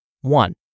One